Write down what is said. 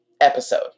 episode